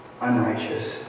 unrighteous